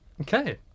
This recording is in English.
Okay